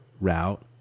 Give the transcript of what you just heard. route